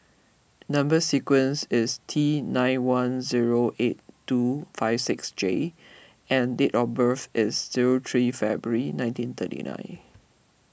Number Sequence is T nine one zero eight two five six J and date of birth is zero three February nineteen thirty nine